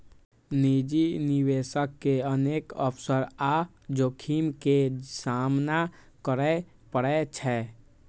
निजी निवेशक के अनेक अवसर आ जोखिम के सामना करय पड़ै छै